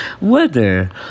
weather